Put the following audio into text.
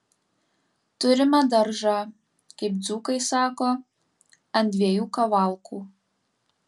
turime daržą kaip dzūkai sako ant dviejų kavalkų